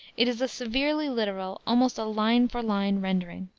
it is a severely literal, almost a line for line, rendering.